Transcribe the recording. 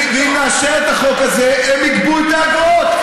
אם נאשר את החוק הזה הם יגבו את האגרות.